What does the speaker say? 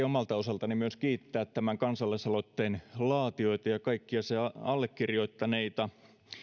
omalta osaltani kiittää tämän kansalaisaloitteen laatijoita ja kaikkia sen allekirjoittaneita